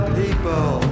people